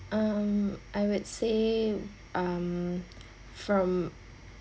um I would say um from